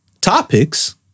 topics